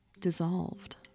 dissolved